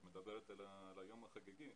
את מדברת על היום החגיגי,